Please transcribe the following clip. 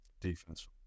defense